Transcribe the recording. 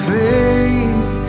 faith